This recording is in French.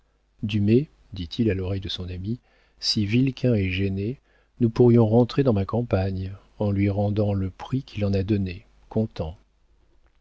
dit-il à l'oreille de son ami si vilquin est gêné nous pourrions rentrer dans ma campagne en lui rendant le prix qu'il en a donné comptant